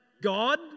God